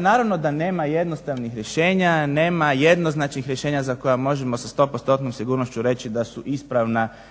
Naravno da nema jednostavnih rješenja, nema jednoznačnih rješenja za koja možemo sa 100%-tnom sigurnošću reći da su ispravna ili